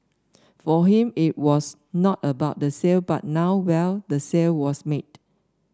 for him it was not about the sale but now well the sale was made